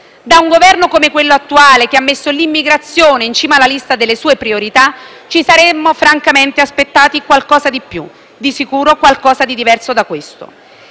Da un Governo come quello attuale, che ha messo l'immigrazione in cima alla lista delle sue priorità, ci saremmo francamente aspettati qualcosa di più; di sicuro qualcosa di diverso da questo.